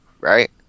right